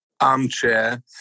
armchair